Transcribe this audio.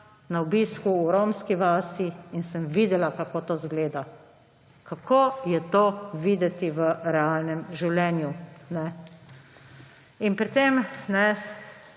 na obisku v romski vasi in sem videla, kako to izgleda; kako je to videti v realnem življenju. In pri tem,